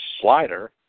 slider